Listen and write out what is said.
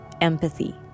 empathy